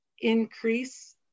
increase